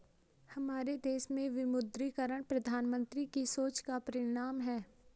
हमारे देश में विमुद्रीकरण प्रधानमन्त्री की सोच का परिणाम है